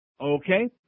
Okay